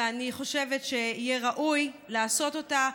ואני חושבת שיהיה ראוי לעשות אותה,